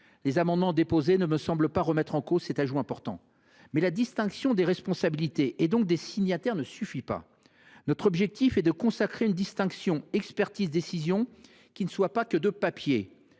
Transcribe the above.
les amendements déposés ne me semblent pas remettre en cause cet ajout important. Toutefois, la distinction des responsabilités, et donc des signataires, ne suffit pas. Notre objectif est de consacrer une distinction entre l’expertise et la décision qui ne soit pas que « de papier